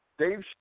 Dave